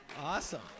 Awesome